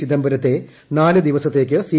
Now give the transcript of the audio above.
ചിദംബരത്തെ നാല് ദിവസത്തേയ്ക്ക് സി